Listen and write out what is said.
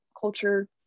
culture